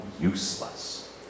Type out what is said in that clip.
useless